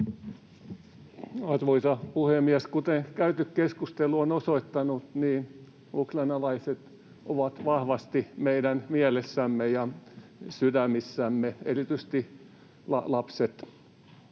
Arvoisa puhemies! Kuten käyty keskustelu on osoittanut, niin ukrainalaiset ovat vahvasti meidän mielessämme ja sydämissämme, erityisesti lapset.